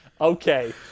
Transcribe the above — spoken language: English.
Okay